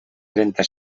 trenta